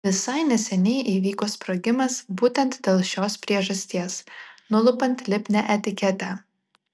visai neseniai įvyko sprogimas būtent dėl šios priežasties nulupant lipnią etiketę